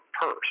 purse